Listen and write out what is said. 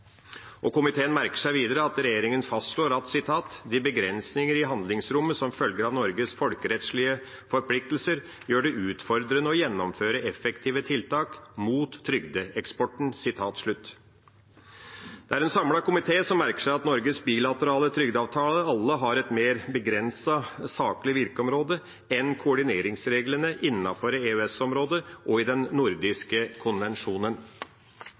av Norges folkerettslige forpliktelser, gjør det utfordrende å gjennomføre effektive tiltak mot trygdeeksporten.» En samlet komité merker seg at alle Norges bilaterale trygdeavtaler har et mer begrenset saklig virkeområde enn koordineringsreglene innenfor EØS-området og i den nordiske konvensjonen.